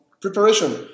preparation